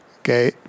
Okay